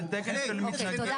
בבקשה, חבר